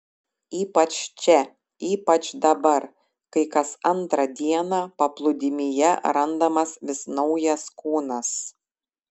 ypač čia ypač dabar kai kas antrą dieną paplūdimyje randamas vis naujas kūnas